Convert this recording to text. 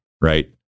right